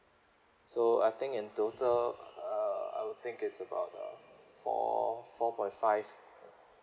so I think in total uh I will think it's about uh four four point five